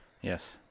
Yes